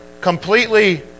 completely